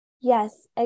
Yes